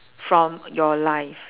from your life